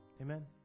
Amen